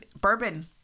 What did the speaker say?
Bourbon